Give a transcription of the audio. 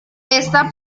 esta